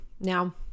now